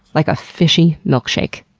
like a fishy milkshake.